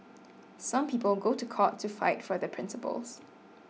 some people go to court to fight for their principles